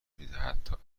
میده، حتا